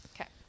okay